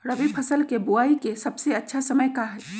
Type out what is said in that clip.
रबी फसल के बुआई के सबसे अच्छा समय का हई?